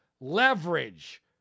leverage